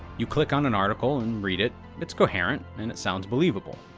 you click on an article and read it, it's coherent, and it sounds believable.